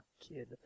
kid